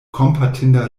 kompatinda